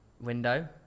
window